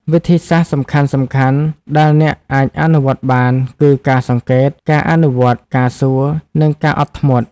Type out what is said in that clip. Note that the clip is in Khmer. វិធីសាស្រ្តសំខាន់ៗដែលអ្នកអាចអនុវត្តបាន គឺ ការសង្កេត ការអនុវត្តន៍ ការសួរ និងការអត់ធ្មត់។